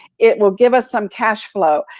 it will give us some cash flow.